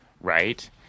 right